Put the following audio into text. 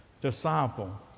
disciple